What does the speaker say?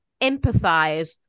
empathize